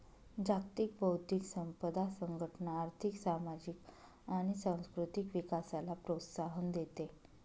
जागतिक बौद्धिक संपदा संघटना आर्थिक, सामाजिक आणि सांस्कृतिक विकासाला प्रोत्साहन देते